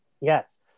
Yes